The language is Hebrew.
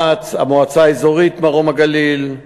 מע"צ, המועצה האזורית מרום-הגליל,